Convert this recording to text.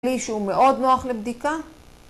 מי שהוא מאוד נוח לבדיקה?